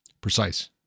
precise